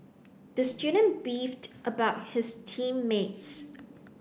the student beefed about his team mates